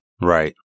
Right